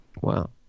Wow